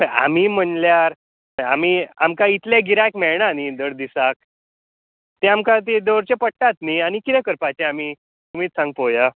पळय आमी म्हणल्यार आमी आमकां इतलें गिरायक मेळना न्ही दर दिसाक तें आमकां ती दवरचें पडटात न्ही आनी किदें करपाचें आमी तुमीच सांग पळोवया